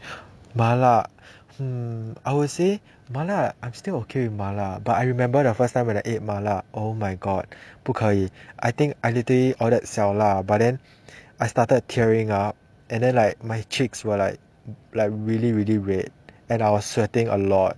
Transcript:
麻辣 I would say 麻辣 I'm still okay with 麻辣 but I remember the first time when i ate 麻辣 oh my god 不可以 I think I literally ordered 小辣 but then I started tearing up and then like my cheeks were like like really really red and I was sweating a lot